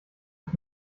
ich